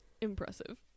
impressive